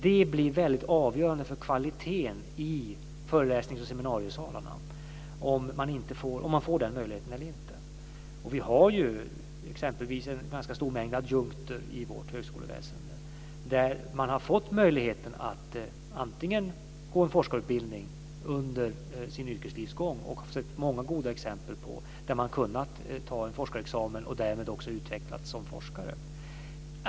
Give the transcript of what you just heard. Det blir väldigt avgörande för kvaliteten i föreläsnings och seminariesalarna om man får den möjligheten eller inte. Vi har ju exempelvis en ganska stor mängd adjunkter i vårt högskoleväsende som har fått möjligheten att gå en forskarutbildning under sitt yrkesliv. Vi har sett många goda exempel på att man har kunnat ta en forskarexamen och därmed också utvecklats som forskare.